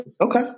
Okay